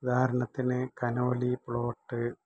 ഉദാഹരണത്തിന് Conolly plot